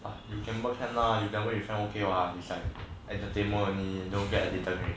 but you gamble can lah gamble with friends okay what it's like entertainment only you don't get addicted can already